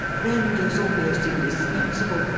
renders almost indispensable,